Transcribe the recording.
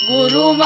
Guru